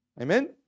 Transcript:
Amen